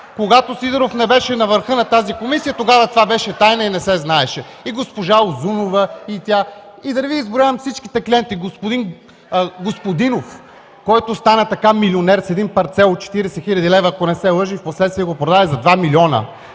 Когато Сидеров не беше на върха на тази комисия, тогава това беше тайна – не се знаеше. И госпожа Узунова, да не изброявам всичките клиенти, и господин Господинов, който стана милионер с един парцел от 40 хил. лв., ако не се лъжа, и впоследствие го продаде за 2 милиона